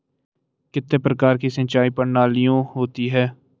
कितने प्रकार की सिंचाई प्रणालियों होती हैं?